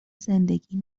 زندگی